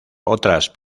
otras